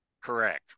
Correct